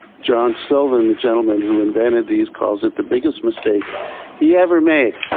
john silvan, the gentleman who invented these calls it, the biggest mistake he ever made.